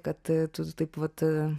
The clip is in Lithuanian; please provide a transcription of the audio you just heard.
kad tu taip vat